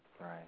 Right